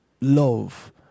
love